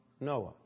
Noah